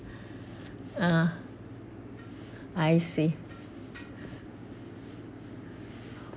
ugh I see